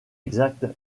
exacte